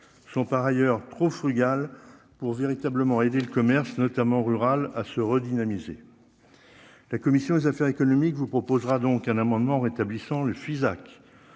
sont par ailleurs trop frugal pour véritablement aider le commerce notamment rurales à se redynamiser la commission des affaires économiques, vous proposera donc un amendement rétablissant le Fisac